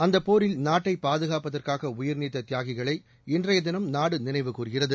அந்தப் போரில் நாட்டைப் பாதுகாப்பதற்காக உயிர்நீத்த தியாகிகளை இன்றைய தினம் நாடு நினைவுகூர்கிறது